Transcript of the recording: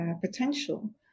potential